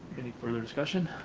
any further discussion?